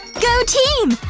go team!